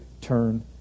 turn